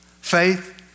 faith